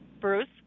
Bruce